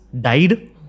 died